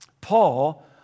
Paul